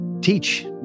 teach